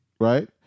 Right